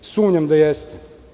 Sumnjam da jeste.